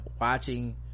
watching